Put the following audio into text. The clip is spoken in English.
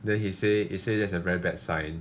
then he said he said that's a very bad sign